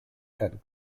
and